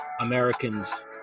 Americans